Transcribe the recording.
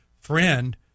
friend